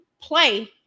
play